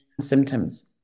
symptoms